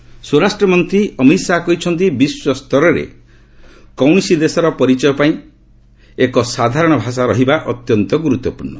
ହିନ୍ଦୀ ଦିବସ ସ୍ୱରାଷ୍ଟ୍ର ମନ୍ତ୍ରୀ ଅମିତ୍ ଶାହା କହିଛନ୍ତି ବିଶ୍ୱ ସ୍ତରରେ କୌଣସି ଦେଶର ପରିଚୟ ପାଇଁ ଏକ ସାଧାରଣ ଭାଷା ରହିବା ଅତ୍ୟନ୍ତ ଗୁରୁତ୍ୱପୂର୍ଣ୍ଣ